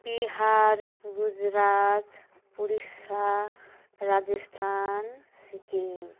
Bihar Gujarat Odisha Rajasthan Sikkim